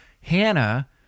Hannah